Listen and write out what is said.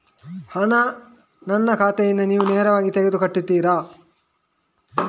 ಹಣ ನನ್ನ ಖಾತೆಯಿಂದ ನೀವು ನೇರವಾಗಿ ತೆಗೆದು ಕಟ್ಟುತ್ತೀರ?